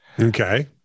Okay